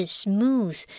smooth